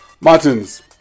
Martins